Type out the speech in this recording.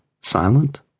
silent